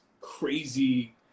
crazy